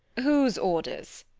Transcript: whose orders?